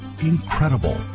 incredible